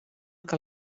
que